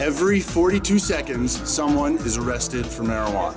every forty two seconds someone is arrested for marijuana